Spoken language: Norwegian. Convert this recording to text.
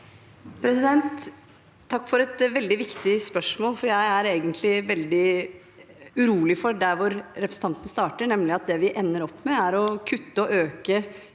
Takk for et vel- dig viktig spørsmål. Jeg er egentlig veldig urolig for det representanten starter med, nemlig at det vi ender opp med, er å kutte det å øke